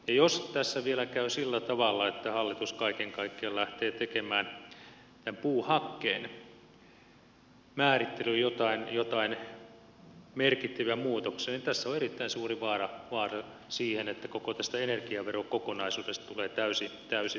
jos tässä vielä käy sillä tavalla että hallitus kaiken kaikkiaan lähtee tekemään puuhakkeen määrittelyyn joitain merkittäviä muutoksia niin tässä on erittäin suuri vaara että koko energiaverokokonaisuudesta tulee täysi susi